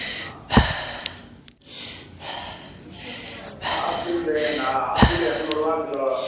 ஆ apple ரே நான் apple இரநூறுவா கிலோ